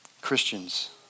Christians